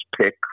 pick